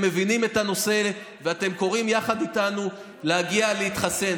מבינים את הנושא ואתם קוראים יחד איתנו להגיע להתחסן.